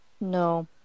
No